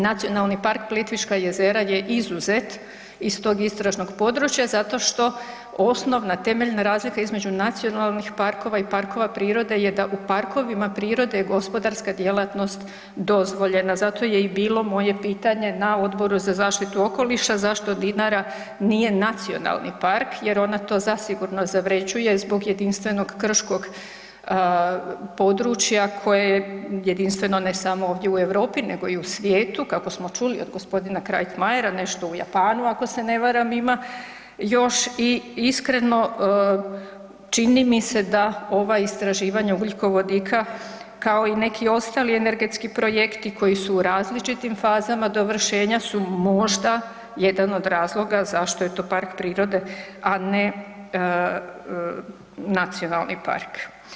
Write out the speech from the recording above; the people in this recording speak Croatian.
NP Plitvička jezera je izuzet iz tog istražnog područja zato što osnovna temeljna razlika između nacionalnih parkova i parkova prirode je da u parkovima prirode je gospodarska djelatnost dozvoljena, zato je i bilo moje pitanje na Odboru za zaštitu okoliša zašto Dinara nije nacionalni park jer ona to zasigurno zavrjeđuje zbog jedinstvenog krškog područja koje je jedinstveno ne samo ovdje u Europi nego i u svijetu kako smo čuli od g. Krajhmajera nešto u Japanu ako se ne varam ima još i iskreno čini mi se da ova istraživanja ugljikovodika, kao i neki ostali energetski projekti koji su u različitim fazama dovršenja su možda jedan od razloga zašto je to park prirode, a ne nacionalni park.